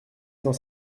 cent